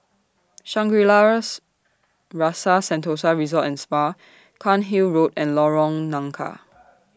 Shangri La's Rasa Sentosa Resort and Spa Cairnhill Road and Lorong Nangka